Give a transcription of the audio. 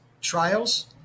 trials